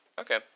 Okay